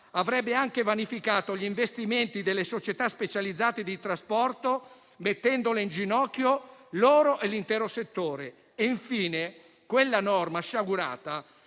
avrebbe anche vanificato gli investimenti delle società specializzate di trasporto, mettendo in ginocchio loro e l'intero settore. Infine, quella norma sciagurata